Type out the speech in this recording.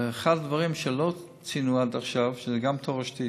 ואחד הדברים שלא ציינו עד עכשיו, שזה גם תורשתי.